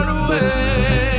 away